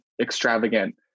extravagant